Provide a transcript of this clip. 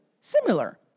similar